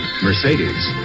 Mercedes